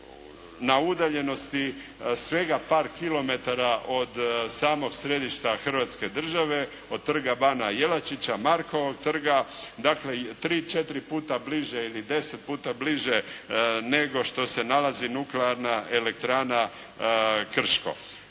na udaljenosti svega par kilometara od samog središta Hrvatske države, od Trga bana Jelačića, Markovog trga, dakle tri, četiri puta bliže ili deset puta bliže nego što se nalazi Nuklearna elektrana Krško.